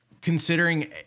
considering